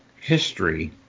history